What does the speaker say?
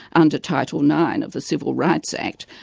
under title nine of the civil rights act,